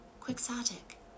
quixotic